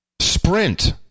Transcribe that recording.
Sprint